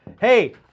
Hey